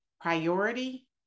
priority